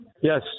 Yes